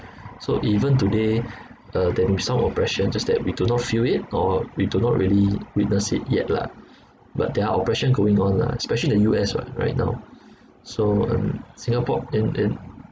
so even today uh there'll be some oppression just that we do not feel it or we do not really witness it yet lah but there are oppression going on lah especially the U_S what right now so um singapore in in